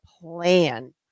plan